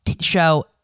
show